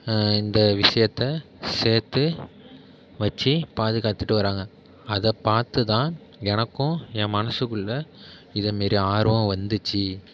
இந்த விஷயத்த சேர்த்து வச்சு பாதுகாத்துட்டு வராங்க அதை பார்த்து தான் எனக்கும் என் மனசுக்குள்ள இதை மாரி ஆர்வம் வந்துச்சு